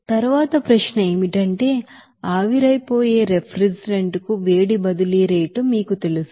తరువాత ప్రశ్న ఏమిటంటే ఆవిరైపోయే రిఫ్రిజిరెంట్ కు వేడిబదిలీ రేటు మీకు తెలుసు